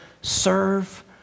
serve